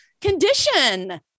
condition